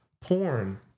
porn